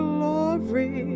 Glory